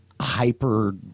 hyper